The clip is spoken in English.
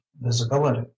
visibility